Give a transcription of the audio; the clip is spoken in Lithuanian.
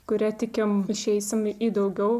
kuria tikime išeisime į daugiau